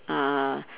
uh